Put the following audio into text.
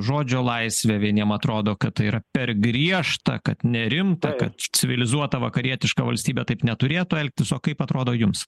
žodžio laisve vieniem atrodo kad tai yra per griežta kad nerimta kad civilizuota vakarietiška valstybė taip neturėtų elgtis o kaip atrodo jums